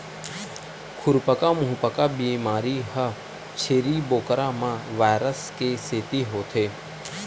खुरपका मुंहपका बेमारी ह छेरी बोकरा म वायरस के सेती होथे